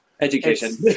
education